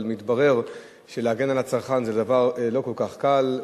מתברר שלהגן על הצרכן זה דבר לא כל כך קל.